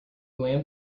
lamp